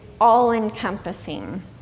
all-encompassing